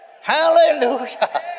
Hallelujah